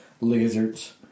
Lizards